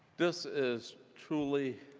this is truly